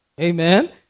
Amen